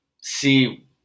see